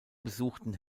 besuchten